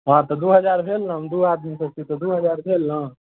हँ तऽ दू हजार भेल ने हम दू आदमीसँ छी तऽ दू हजार भेल ने